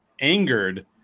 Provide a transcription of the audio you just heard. angered